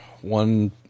one